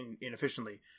inefficiently